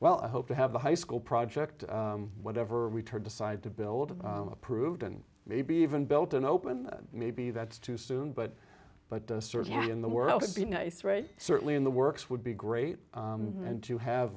well i hope to have a high school project whatever we turn decide to build it approved and maybe even built an open maybe that's too soon but but certainly in the world would be nice right certainly in the works would be great and to have